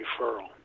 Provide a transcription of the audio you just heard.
referral